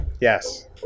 yes